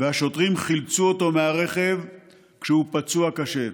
והשוטרים חילצו אותו מהרכב כשהוא פצוע קשה.